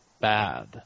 bad